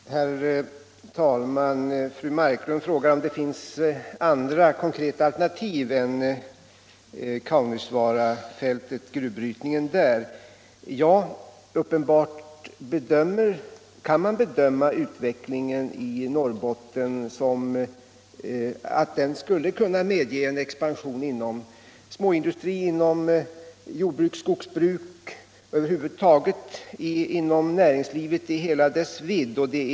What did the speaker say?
Om åtgärder för att Herr talman! Fru Marklund frågar om det finns andra konkreta al = trygga sysselsättternativ till sysselsättning än gruvbrytning på Kaunisvaarafältet. Ja, det — ningen i Tornedaär uppenbart att man kan bedöma utvecklingen i Norrbotten på det sättet — len att en expansion inom småindustri, jordbruk, skogsbruk och över huvud taget inom näringslivet i hela dess vidd är möjlig.